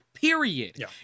Period